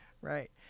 Right